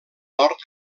nord